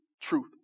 truth